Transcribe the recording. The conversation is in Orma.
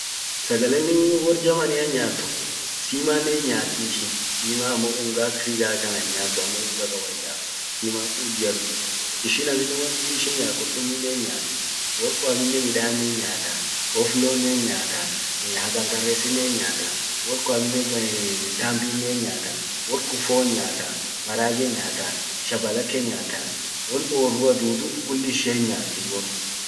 sagalen wor Germany an nyaat tok simannen hin nyaati, sima ammo unga ak riga kan hin nyaatu, ammo unga kawaida sima ak ujia dudhi. Ishin amminen won dibi ishin nyaat qurtumminen hinyaati. Wor kun amminen midannen hinyaata, boflonnen hinyaata, hakanqaresinnen hin nyaata. wor kun amminen tambinnen hinyaata. wor kun fon nyaata, marage nyaata, shabalake nyaata, won orrua dudhu kulli ishian hin nyaati wor kun.